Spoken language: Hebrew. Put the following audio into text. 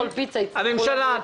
הממשלה.